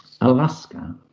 Alaska